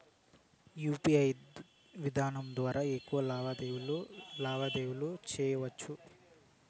UPI విధానం ద్వారా ఎక్కువగా లావాదేవీలు లావాదేవీలు సేయొచ్చా?